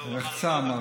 לא, הוא אמר לא